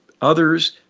others